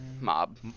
Mob